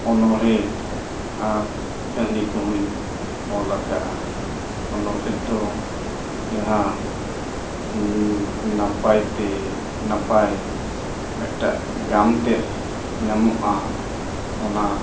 ᱚᱱᱚᱬᱦᱮ ᱟᱨ ᱠᱟᱹᱦᱱᱤ ᱠᱚ ᱦᱚᱧ ᱚᱞ ᱟᱠᱟᱜᱼᱟ ᱚᱱᱚᱲᱦᱮ ᱫᱚ ᱡᱟᱦᱟᱸ ᱱᱟᱯᱟᱭᱛᱮ ᱱᱟᱯᱟᱭ ᱢᱤᱫᱴᱟᱜ ᱜᱟᱢ ᱛᱮᱫ ᱧᱟᱢᱚᱜᱼᱟ ᱚᱱᱟ